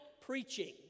preaching